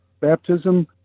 baptism